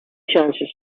chances